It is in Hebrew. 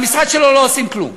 במשרד שלו לא עושים כלום.